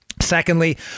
Secondly